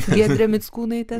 giedre mickūnaite